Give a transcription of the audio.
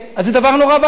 אז זה דבר נורא ואיום.